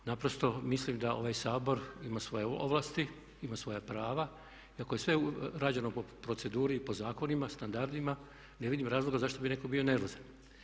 Naprosto mislim da ovaj Sabor ima svoje ovlasti, ima svoja prava i ako je sve rađeno po proceduri i po zakonima, standardima ne vidim razloga zašto bi netko bio nervozan.